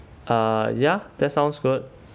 uh ya that sounds good